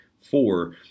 Four